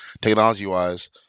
Technology-wise